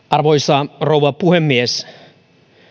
arvoisa rouva puhemies